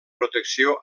protecció